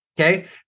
okay